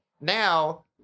now